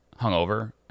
hungover